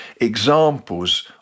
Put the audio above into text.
examples